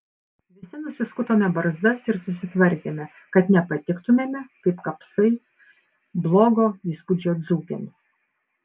visi nusiskutome barzdas ir susitvarkėme kad nepatiktumėme kaip kapsai blogo įspūdžio dzūkėms